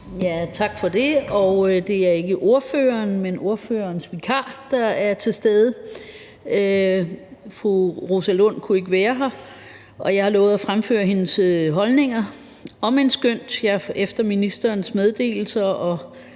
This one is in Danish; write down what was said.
Tak for det. Det er ikke ordføreren, men ordførerens vikar, der er til stede. Fru Rosa Lund kunne ikke være her, og jeg har lovet at fremføre hendes holdninger, omend jeg efter ministerens meddelelser og